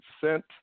sent